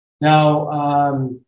Now